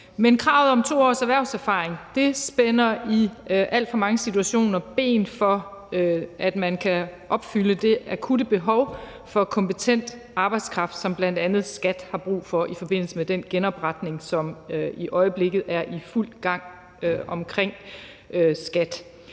Men kravet om 2 års erhvervserfaring spænder i alt for mange situationer ben for, at man kan opfylde det akutte behov for kompetent arbejdskraft, som bl.a. skattevæsenet har brug for i forbindelse med den genopretning af skattevæsenet, som i øjeblikket er i fuld gang.